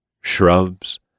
shrubs